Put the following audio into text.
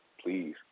please